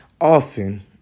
often